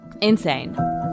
Insane